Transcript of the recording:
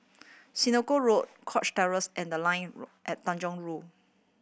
Senoko Road Cox Terrace and The Line at Tanjong Rhu